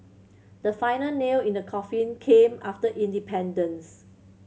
the final nail in the coffin came after independence